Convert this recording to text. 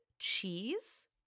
Cheese